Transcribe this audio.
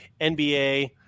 NBA